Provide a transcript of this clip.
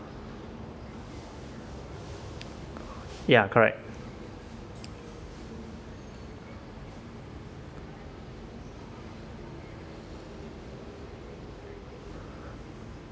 ya correct